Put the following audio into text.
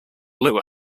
blew